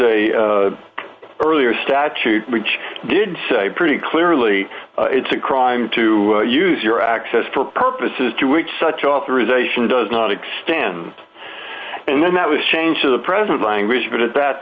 a earlier statute which did pretty clearly it's a crime to use your access for purposes to which such authorization does not extend and then that was changed to the present language but at that